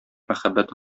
мәхәббәте